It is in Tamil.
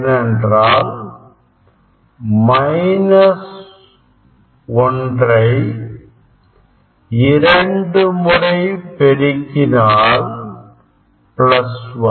ஏனென்றால் 1 ஒன்றை 2 முறை பெருக்கினால் பிளஸ் 1